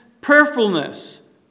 prayerfulness